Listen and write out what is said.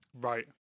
Right